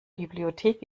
bibliothek